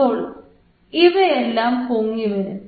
അപ്പോൾ ഇവയെല്ലാം പൊങ്ങിവരും